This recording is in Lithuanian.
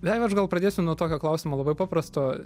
beje aš gal pradėsiu nuo tokio klausimo labai paprasto